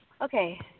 Okay